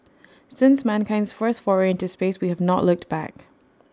since mankind's first foray into space we have not looked back